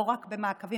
לא רק במעקבים,